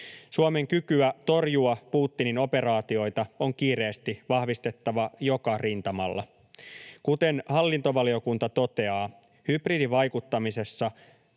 Suomen kykyä torjua Putinin operaatioita on kiireesti vahvistettava joka rintamalla. Kuten hallintovaliokunta toteaa, hybridivaikuttamisessa